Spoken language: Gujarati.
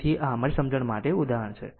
તેથી આ અમારી સમજણ માટે આ ઉદાહરણ છે